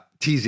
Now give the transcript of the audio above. tz